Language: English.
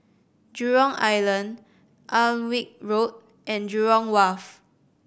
Jurong Island Alnwick Road and Jurong Wharf